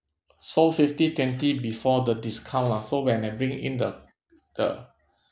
so fifty twenty before the discount lah so when I bring in the the